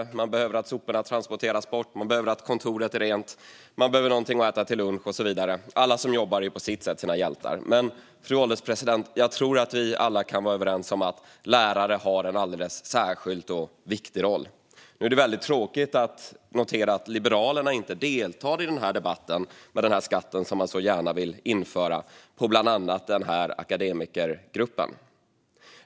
Soporna behöver transporteras bort, kontoret behöver vara rent, man behöver någonting att äta till lunch och så vidare. Alla som jobbar är på sitt sätt hjältar. Men, fru ålderspresident, jag tror att vi alla kan vara överens om att lärare har en alldeles särskild och viktig roll. Därför är det väldigt tråkigt att notera att Liberalerna inte deltar i debatten om den skatt man så gärna vill införa för bland annat den här akademikergruppen.